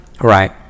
Right